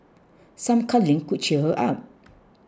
some cuddling could cheer her up